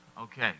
okay